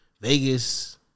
Vegas